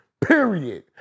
Period